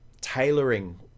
tailoring